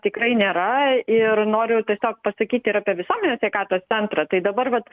tikrai nėra ir noriu tiesiog pasakyti ir apie visuomenės sveikatos centrą tai dabar vat